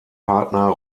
partner